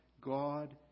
God